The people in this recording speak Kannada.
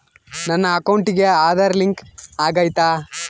ನನ್ನ ಅಕೌಂಟಿಗೆ ಆಧಾರ್ ಲಿಂಕ್ ಆಗೈತಾ?